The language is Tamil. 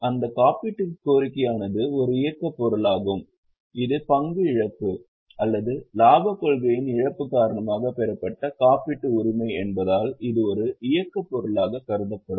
அந்தக் காப்பீட்டுக் கோரிக்கையானது ஒரு இயக்கப் பொருளாகும் இது பங்கு இழப்பு அல்லது லாபக் கொள்கையின் இழப்பு காரணமாக பெறப்பட்ட காப்பீட்டு உரிமை என்பதால் இது ஒரு இயக்கப் பொருளாகக் கருதப்படும்